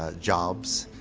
ah jobs,